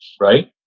right